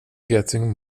getting